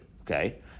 okay